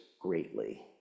greatly